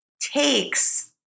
takes